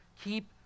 keep